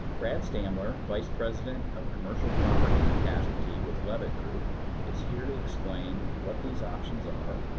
brad stammler, vice president of commercial property and casualty with leavitt group is here to explain what these options are,